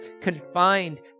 confined